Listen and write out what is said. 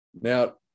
Now